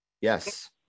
yes